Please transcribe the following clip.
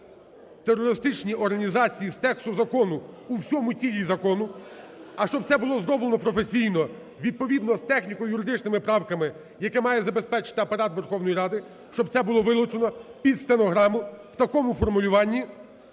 "терористичні організації" з тексту закону у всьому тілі закону. А щоб це було зроблено професійно, відповідно з техніко-юридичними правками, яке має забезпечити Апарат Верховної Ради, щоб це було вилучено, під стенограму, в такому формулюванні,